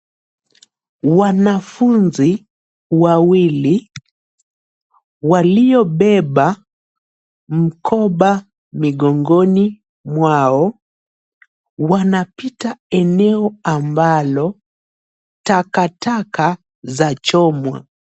Wanafunzi ,wawili ,waliobeba, mkoba migongoni mwao, wanapita eneo ambalo ,takataka za chomwa.